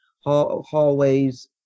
hallways